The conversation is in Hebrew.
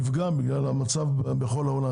נפגע בגלל מצב בכל העולם,